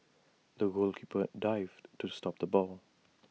the goalkeeper dived to stop the ball